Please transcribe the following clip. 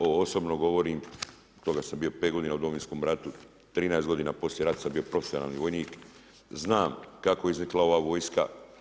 Ovo osobno govorim, od toga sam bio pet godina u Domovinskom ratu, 13 godina poslije rata sam bio profesionalni vojnik, znam kako je iznikla ova vojska.